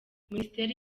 minisiteri